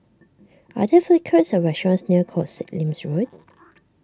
are there food courts or restaurants near Koh Sek Lim's Road